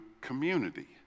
community